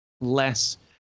less